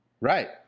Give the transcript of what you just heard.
Right